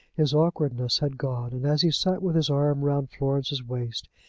his awkwardness had gone, and as he sat with his arm round florence's waist,